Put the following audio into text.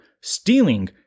Stealing